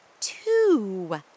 two